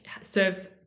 serves